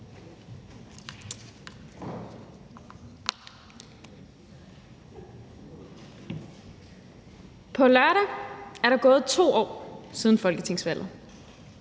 På lørdag er der gået 2 år siden folketingsvalget.